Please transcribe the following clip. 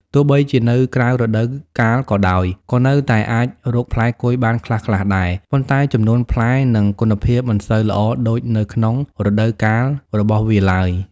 ទោះបីជានៅក្រៅរដូវកាលក៏ដោយ ក៏នៅតែអាចរកផ្លែគុយបានខ្លះៗដែរ ប៉ុន្តែចំនួនផ្លែ និងគុណភាពមិនសូវល្អដូចនៅក្នុងរដូវកាលរបស់វាឡើយ។